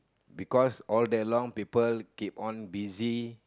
because all day long people keep on busy